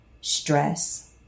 Stress